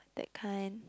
that kind